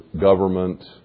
government